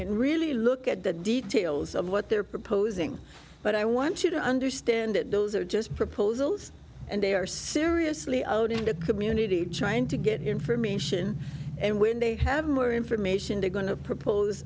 and really look at the details of what they're proposing but i want you to understand that those are just proposals and they are seriously out in the community trying to get information and when they have more information they're going to propose